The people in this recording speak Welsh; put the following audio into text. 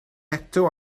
eto